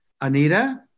Anita